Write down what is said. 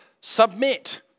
submit